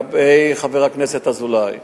לחבר הכנסת אזולאי,